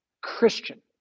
Christian